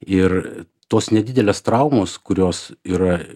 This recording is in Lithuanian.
ir tos nedidelės traumos kurios yra